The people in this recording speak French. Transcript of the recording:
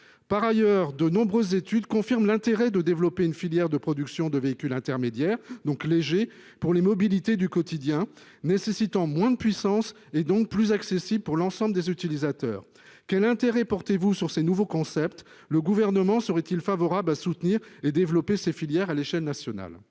par ailleurs de nombreuses études confirment l'intérêt de développer une filière de production de véhicules intermédiaires donc léger pour les mobilités du quotidien nécessitant moins de puissance et donc plus accessible pour l'ensemble des utilisateurs. Quel intérêt portez-vous sur ces nouveaux concepts. Le gouvernement serait-il favorable à soutenir et développer ces filières à l'échelle nationale.